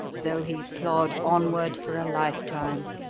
though he plod onward for a lifetime